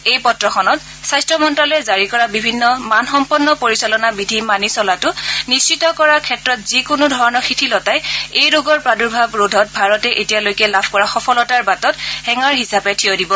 এই পত্ৰখনত স্বাস্থ্য মন্তালয়ে জাৰি কৰা বিভিন্ন মানসম্পন্ন পৰিচালনা বিধি মানি চলাটো নিশ্চিত কৰাৰ ক্ষেত্ৰত যি কোনো ধৰণৰ শিথিলতাই এই ৰোগৰ প্ৰাদুৰ্ভাব ৰোধত ভাৰতে এতিয়ালৈকে লাভ কৰা সফলতাৰ বাটত হেঙাৰ হিচাপে থিয় দিব